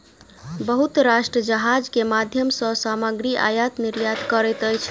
बहुत राष्ट्र जहाज के माध्यम सॅ सामग्री आयत निर्यात करैत अछि